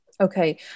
Okay